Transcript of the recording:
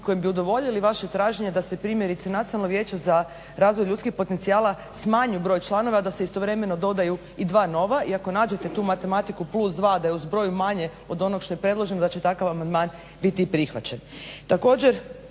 kojim bi udovoljili vaše traženje da se primjerice Nacionalno vijeće za razvoj ljudskih potencijala smanji broj članova, a da se istovremeno dodaju i dva nova i ako nađete tu matematiku plus 2, a da je u zbroju manje od onog što je predloženo, da će takav amandman biti i prihvaćen.